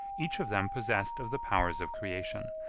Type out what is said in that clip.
each of them possessed of the powers of creation,